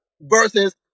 Versus